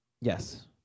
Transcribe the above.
Yes